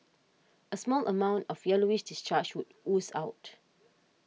a small amount of yellowish discharge would ooze out